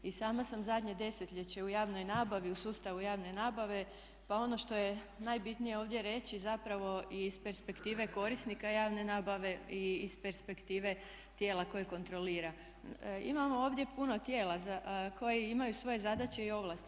I sama sam zadnje desetljeće u javnoj nabavi u sustavu javne nabave pa ono što je najbitnije ovdje reći zapravo iz perspektive korisnika javne nabave i iz perspektive tijela koje kontrolira imamo ovdje puno tijela koje imaju svoje zadaće i ovlasti.